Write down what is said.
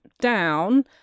down